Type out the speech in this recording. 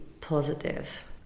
positive